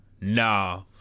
Nah